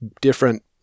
different